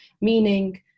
meaning